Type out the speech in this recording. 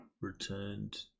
returned